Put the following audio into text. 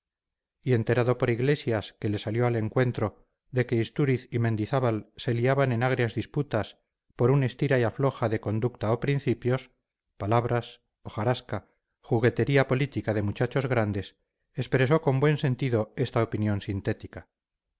y enterado por iglesias que le salió al encuentro de que istúriz y mendizábal se liaban en agrias disputas por un estira y afloja de conducta o principios palabras hojarasca juguetería política de muchachos grandes expresó con buen sentido esta opinión sintética